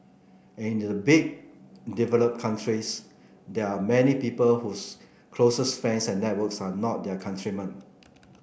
and in the big developed countries there are many people whose closest friends and networks are not their countrymen